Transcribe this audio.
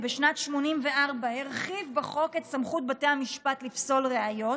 ובשנת 1984 הרחיב בחוק את סמכות בתי המשפט לפסול ראיות,